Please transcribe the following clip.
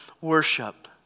worship